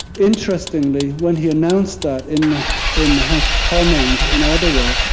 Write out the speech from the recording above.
interestingly, when he announced that in in the house of commons, in ottawa,